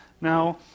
Now